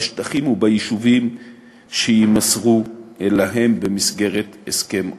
בשטחים וביישובים שיימסרו להם במסגרת הסכם אוסלו.